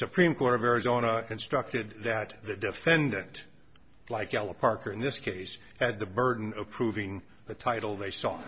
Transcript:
supreme court of arizona instructed that the defendant like ella parker in this case at the burden of proving the title they saw